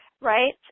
right